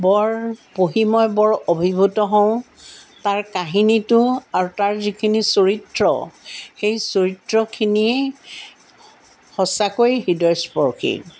বৰ পঢ়ি মই বৰ অভিভূত হওঁ তাৰ কাহিনীটো আৰু তাৰ যিখিনি চৰিত্ৰ সেই চৰিত্ৰখিনিয়েই সঁচাকৈ হৃদয়স্পৰ্শী